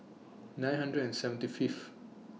nine hundred and seventy Fifth